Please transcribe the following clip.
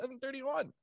731